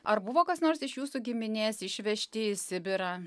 ar buvo kas nors iš jūsų giminės išvežti į sibirą